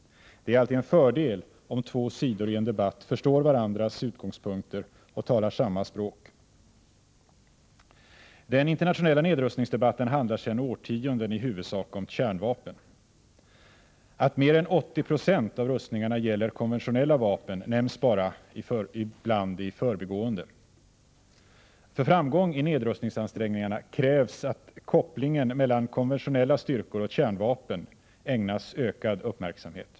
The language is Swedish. Det är alltid en fördel om två sidor i en debatt förstår varandras utgångspunkter och talar samma språk. Den internationella nedrustningsdebatten handlar sedan årtionden tillbaka i huvudsak om kärnvapnen. Att mer än 80 90 av rustningarna gäller konventionella vapen nämns ibland i förbigående. För framgång i nedrustningsansträngningarna krävs att kopplingen mellan konventionella styrkor och kärnvapen ägnas ökad uppmärksamhet.